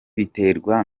biterwa